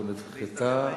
גם ההסתייגות הזו נדחתה.